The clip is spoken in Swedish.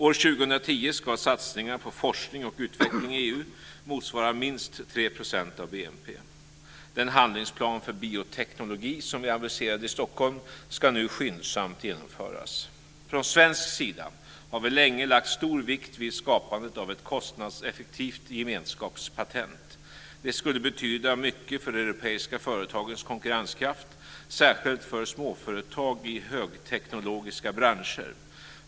· År 2010 ska satsningar på forskning och utveckling i EU motsvara minst 3 % av BNP. · Den handlingsplan för bioteknologi som vi aviserade i Stockholm ska nu skyndsamt genomföras. Från svensk sida har vi länge lagt stor vikt vid skapandet av ett kostnadseffektivt gemenskapspatent. Det skulle betyda mycket för de europeiska företagens konkurrenskraft, särskilt för småföretag i högteknologiska branscher.